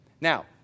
Now